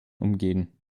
umgehen